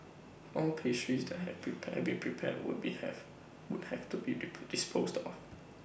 all pastries that have have been prepared would have to be disposed of